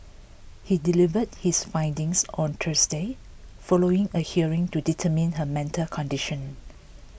he delivered his findings on Thursday following a hearing to determine her mental condition